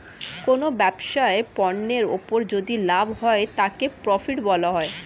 কোনো ব্যবসায় পণ্যের উপর যদি লাভ হয় তাকে প্রফিট বলা হয়